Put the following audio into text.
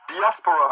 Diaspora